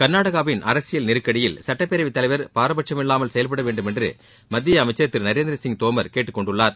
க்நாடனவின் அரசியல் நெருக்கடியில் சட்டப்பேரவைத் தலைவர் பாரபட்சமில்லாமல் செயல்பட வேண்டுமென்று மத்திய அமைச்சர் திரு நரேந்திரசிங் தோமர் கேட்டுக் கொண்டுள்ளார்